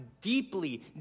deeply